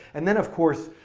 and then of course,